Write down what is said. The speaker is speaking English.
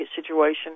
situation